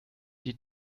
die